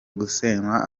gusenywa